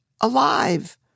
alive